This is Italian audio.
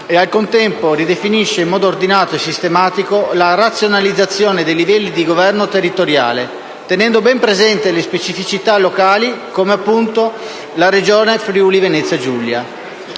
e, al contempo, ridefinire in modo ordinato e sistematico la razionalizzazione dei livelli di governo territoriale, tenendo ben presente le specificità locali, come appunto la Regione Friuli-Venezia Giulia.